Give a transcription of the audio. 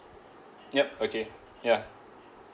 yup okay ya